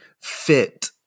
fit